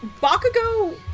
Bakugo